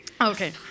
Okay